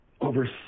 over